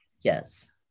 Yes